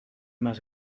más